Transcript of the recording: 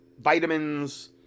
vitamins